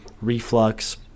reflux